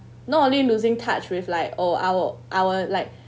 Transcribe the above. not only losing touch with like oh our our like